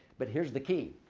but here's the key,